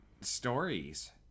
stories